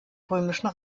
römischen